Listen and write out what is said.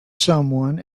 someone